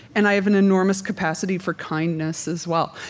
and i have an enormous capacity for kindness as well.